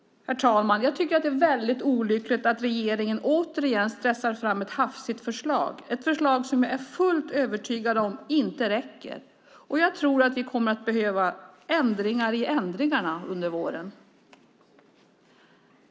Herr talman! Jag tycker att det är olyckligt att regeringen återigen stressar fram ett hafsigt förslag. Det är ett förslag som jag är fullt övertygad om inte räcker. Jag tror att vi kommer att behöva ändringar i ändringarna under våren.